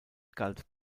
galt